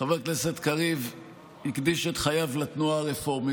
חבר הכנסת קריב הקדיש את חייו לתנועה הרפורמית.